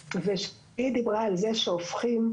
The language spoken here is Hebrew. היא דיברה על זה שהופכים,